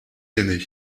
l’aîné